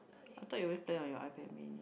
I thought you always play on your iPad mini